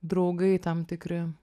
draugai tam tikri